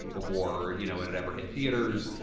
before you know it had ever hit theaters.